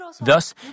Thus